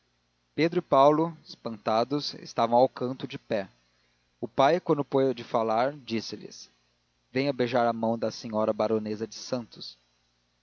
e paulo espantados estavam ao canto de pé o pai quando pôde falar disse-lhes venham beijar a mão da senhora baronesa de santos